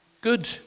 good